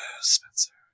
Spencer